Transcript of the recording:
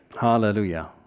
hallelujah